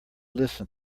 listen